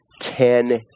ten